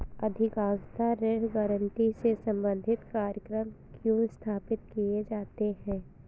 अधिकांशतः ऋण गारंटी से संबंधित कार्यक्रम क्यों स्थापित किए जाते हैं?